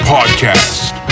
Podcast